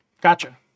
Gotcha